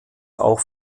auch